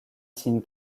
signe